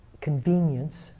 convenience